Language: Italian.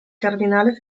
cardinale